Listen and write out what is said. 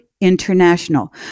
International